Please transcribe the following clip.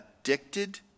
addicted